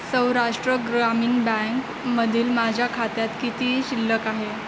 सौराष्ट्र ग्रामीण बँकमधील माझ्या खात्यात किती शिल्लक आहे